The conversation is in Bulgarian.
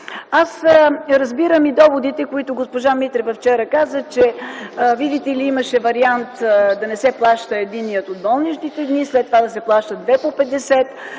Разбирам и доводите, които госпожа Митрева каза вчера, че, видите ли, имаше вариант да не се плаща единият от болничните дни, след това да се плащат два по